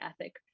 ethic